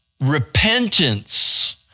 repentance